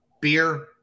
beer